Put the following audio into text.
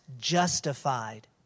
justified